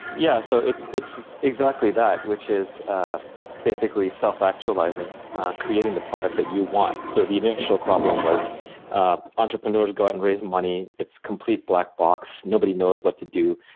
yeah so it's it's exactly that, which is basically self actualizing creating the product that you want. so the initial problem was entrepreneurs go out and raise money. it's a complete black box nobody knows what to do.